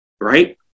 right